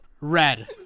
Red